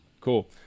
Cool